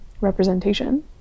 representation